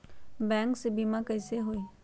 Bank से बिमा कईसे होई?